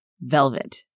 Velvet